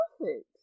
perfect